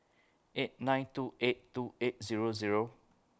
eight nine two eight two eight Zero Zero